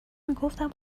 میگفتم